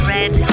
Red